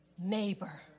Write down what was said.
neighbor